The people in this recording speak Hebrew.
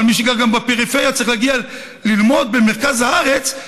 אבל מי שגר בפריפריה צריך להגיע ללמוד במרכז הארץ,